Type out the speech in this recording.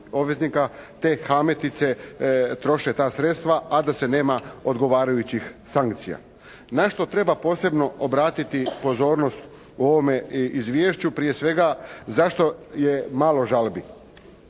te "hametice" troše ta sredstva a da se nema odgovarajućih sankcija. Na što treba posebno obratiti pozornost u ovome Izvješću? Prije svega zašto je malo žalbi?